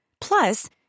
Plus